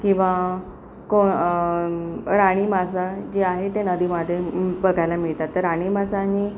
किंवा को राणी मासा जे आहे ते नदीमध्ये बघायला मिळतात तर राणी मासा आणि